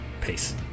Peace